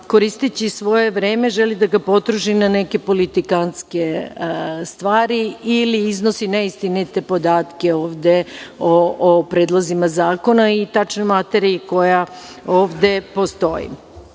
koristeći svoje vreme želi da ga potroši na neke politikantske stvari ili iznosi neistinite podatke ovde o predlozima zakona i tačnoj materiji koja ovde